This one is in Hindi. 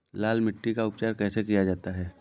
लाल मिट्टी का उपचार कैसे किया जाता है?